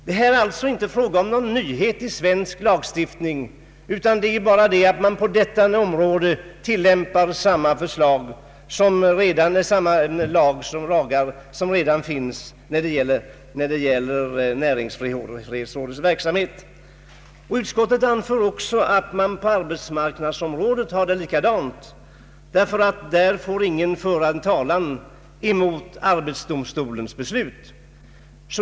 Det är här alltså inte fråga om att införa någon nyhet i svensk lagstiftning, utan bara det att man på detta område tillämpar samma lag som redan gäller beträffande näringsfrihetsrådet. Utskottet anför också att man har det likadant på arbetsmarknadsområdet, ty där får ingen föra talan mot arbetsdomstolens beslut.